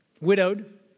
widowed